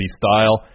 style